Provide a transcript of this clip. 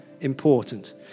important